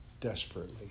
desperately